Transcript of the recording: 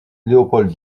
leopold